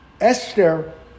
Esther